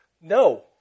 no